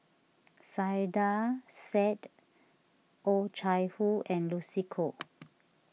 Saiedah Said Oh Chai Hoo and Lucy Koh